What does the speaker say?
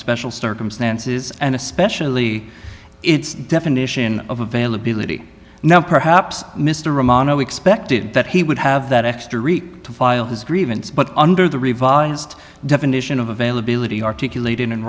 special circumstances and especially its definition of availability now perhaps mr romano expected that he would have that extra to file his grievance but under the revised definition of availability articulated in